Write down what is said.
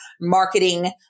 marketing